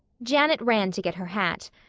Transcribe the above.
janet ran to get her hat.